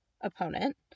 opponent